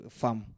farm